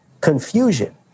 confusion